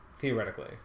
theoretically